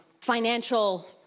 financial